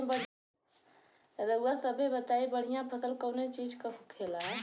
रउआ सभे बताई बढ़ियां फसल कवने चीज़क होखेला?